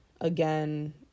Again